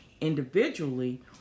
individually